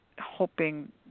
hoping